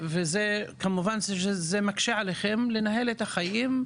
וכמובן שזה מקשה עליכם לנהל את החיים,